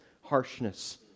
harshness